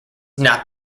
not